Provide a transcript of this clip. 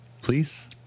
Please